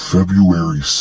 February